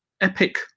Epic